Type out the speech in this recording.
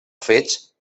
fets